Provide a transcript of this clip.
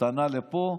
הטענה לפה,